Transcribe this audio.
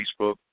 Facebook